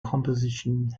composition